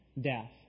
death